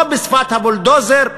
לא בשפת הבולדוזר,